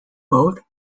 both